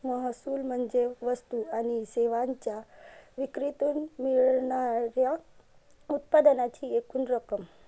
महसूल म्हणजे वस्तू आणि सेवांच्या विक्रीतून मिळणार्या उत्पन्नाची एकूण रक्कम